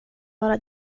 vara